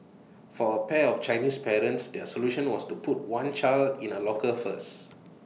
for A pair of Chinese parents their solution was to put one child in A locker first